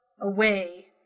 away